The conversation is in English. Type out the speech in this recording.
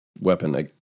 weapon